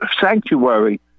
sanctuary